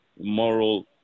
moral